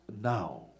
now